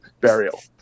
Burial